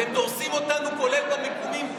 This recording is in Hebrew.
אתם דורסים אותנו, כולל במיקומים בוועדות,